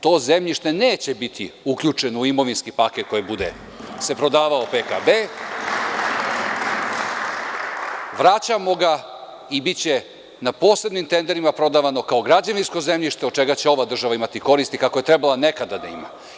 To zemljište neće biti uključeno u imovinski paket koji kad se bude prodavao PKB, vraćamo ga i biće na posebnim tenderima prodavano kao građevinsko zemljište, od čega će ova država imati koristi kako je trebala nekada da ima.